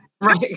Right